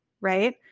right